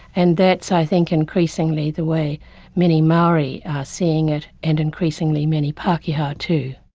and that's i think, increasingly the way many maori are seeing it and increasingly many pakeha, too.